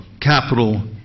capital